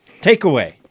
Takeaway